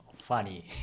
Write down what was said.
funny